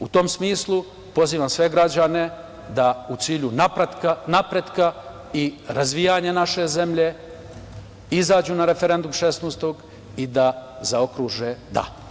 U tom smislu, pozivam sve građane da u cilju napretka i razvijanja naše zemlje izađu na referendum 16. i da zaokruže – da.